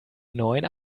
neuen